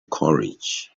courage